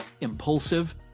impulsive